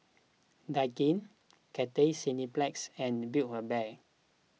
Daikin Cathay Cineplex and Build A Bear